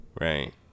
right